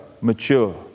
mature